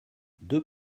deux